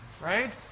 right